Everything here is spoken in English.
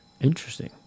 Interesting